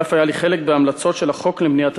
ואף היה לי חלק בהמלצות של החוק למניעת